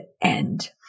end